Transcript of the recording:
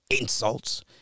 insults